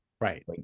right